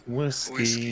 whiskey